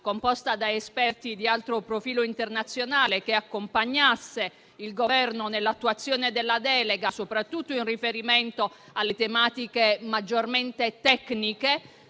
composta da esperti di alto profilo internazionale, che accompagnasse il Governo nell'attuazione della delega, soprattutto in riferimento alle tematiche maggiormente tecniche.